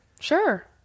Sure